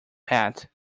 pet